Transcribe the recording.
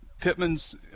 Pittman's